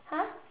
!huh!